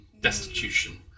destitution